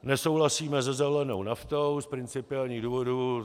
Nesouhlasíme se zelenou naftou z principiálních důvodů.